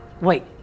Wait